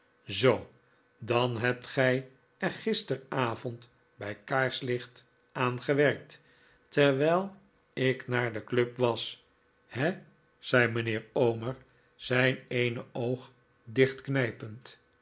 zoo dan hebt gij er gisteravond bij kaarslicht aan gewerkt terwijl ik naar de club was he zei mijnheer omer zijn eene oog dichtknijpend